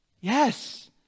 Yes